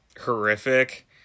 horrific